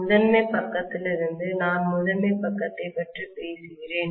முதன்மை பக்கத்திலிருந்து நான் முதன்மை பக்கத்தைப் பற்றி பேசுகிறேன்